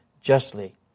justly